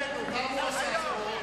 תאמר שאינך יכול לעשות את זה.